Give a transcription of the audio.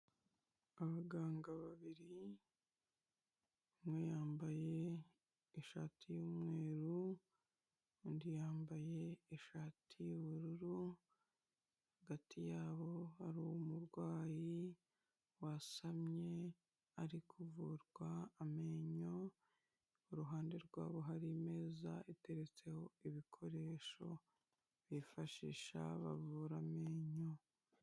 Abaganga babiri umwe yambaye ishati y'umweru undi yambaye ishati y'ubururu. Hagati yabo hari umurwayi wasamye ari kuvurwa amenyo. Iruhande rwabo hari imeza iteretseho ibikoresho bifashisha bavura amenyo.